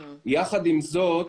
יחד עם זאת,